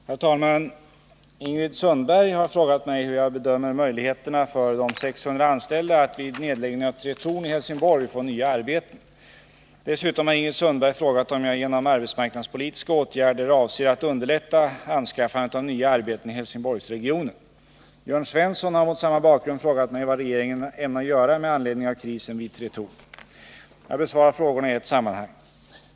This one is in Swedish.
194, dels Jörn Svenssons den 5 december anmälda fråga, 1979/80:196, och anförde: " Herr talman! Ingrid Sundberg har frågat mig hur jag bedömer möjligheterna för de 600 anställda att vid nedläggning av Tretorn i Helsingborg få nya arbeten. Dessutom har Ingrid Sundberg frågat om jag genom arbetsmarknadspolitiska åtgärder avser att underlätta anskaffandet av nya arbeten i Helsingborgsregionen. Jörn Svensson har mot samma bakgrund frågat mig vad regeringen ämnar göra med anledning av krisen vid Tretorn. Jag besvarar frågorna i ett sammanhang.